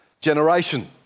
generation